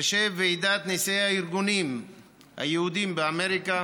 ראשי ועידת נשיאי הארגונים היהודיים באמריקה